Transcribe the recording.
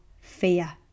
fear